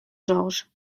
georges